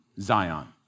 Zion